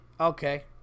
okay